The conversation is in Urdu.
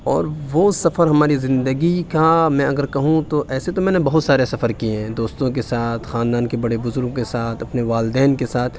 اور وہ سفر ہماری زندگی کا میں اگر کہوں تو ایسے تو میں نے بہت سارے سفر کیے ہیں دوستوں کے ساتھ خاندان کے بڑے بزرگوں کے ساتھ اپنے والدین کے ساتھ